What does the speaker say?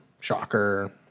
Shocker